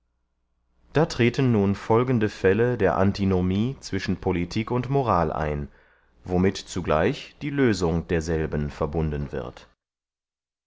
da treten nun folgende fälle der antinomie zwischen politik und moral ein womit zugleich die lösung derselben verbunden wird